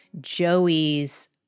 Joey's